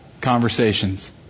conversations